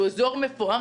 שהוא אזור מפואר,